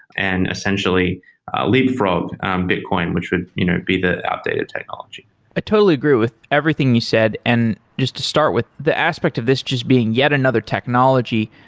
and essentially leapfrog bitcoin, which would you know be the updated technology i totally agree with everything you said. and just to start with the aspect of this just being yet another technology,